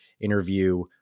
interview